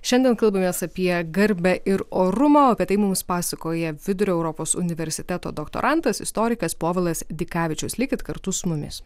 šiandien kalbamės apie garbę ir orumą o apie tai mums pasakoja vidurio europos universiteto doktorantas istorikas povilas dikavičius likit kartu su mumis